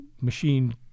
machine